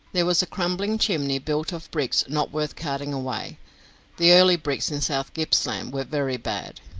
there was a crumbling chimney built of bricks not worth carting away the early bricks in south gippsland were very bad,